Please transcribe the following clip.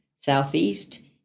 Southeast